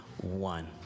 one